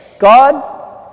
God